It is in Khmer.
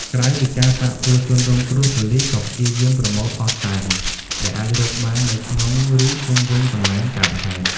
ក្រៅពីការសាកសួរជនរងគ្រោះ ប៉ូលិសក៏ព្យាយាមប្រមូលភស្តុតាងដែលអាចរកបាននៅក្នុង ឬជុំវិញកន្លែងកើតហេតុ។